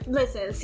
listen